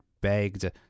begged